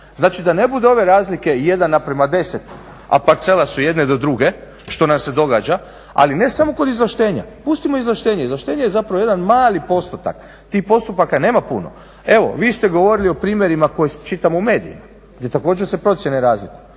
znači da ne bude ove razlike 1:10, a parcele su jedne do druge, što nam se događa, ali ne samo kod izvlaštenja, pustimo izvlaštenje je zapravo jedan mali postotak, tih postupaka nema puno. Evo, vi ste govorili o primjerima koje čitamo u medijima, gdje također se procjene razlikuju.